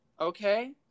Okay